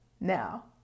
Now